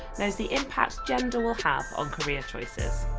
knows the impact gender will have on career choices.